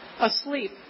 asleep